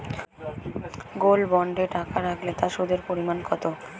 Gold বন্ডে টাকা রাখলে তা সুদের পরিমাণ কত?